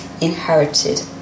Inherited